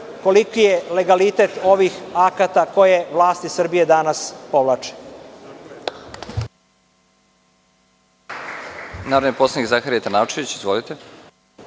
koliki je legalitet ovih akata, koje vlasti Srbije danas povlače.